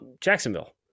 Jacksonville